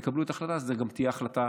יקבלו את ההחלטה, זו גם תהיה החלטה